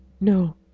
No